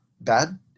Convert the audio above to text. bad